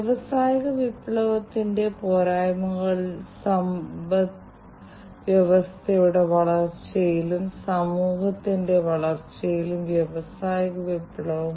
അതിനാൽ വ്യാവസായിക ഐഒടി എന്നാൽ വ്യത്യസ്ത വ്യാവസായിക പ്രശ്നങ്ങൾ പരിഹരിക്കുന്നതിന് ഐഒടിയുടെ ഒരു പ്രത്യേക തരം ആപ്ലിക്കേഷനാണ്